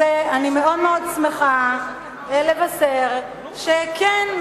אני מאוד מאוד שמחה לבשר שכן,